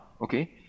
okay